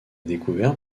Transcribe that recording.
découverte